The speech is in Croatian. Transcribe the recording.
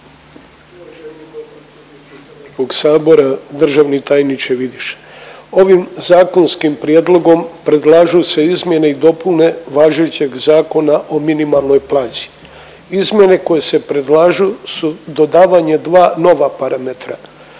Ivan (HDZ)** … HS-a. Državni tajniče Vidiš, ovim zakonskim prijedlogom predlažu se izmjene i dopune važećeg Zakona o minimalnoj plaći. Izmjene koje se predlažu su dodavanje dva nova parametra